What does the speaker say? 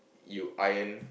you iron